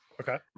okay